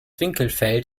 winkelfeld